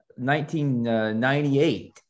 1998